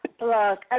Look